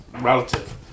relative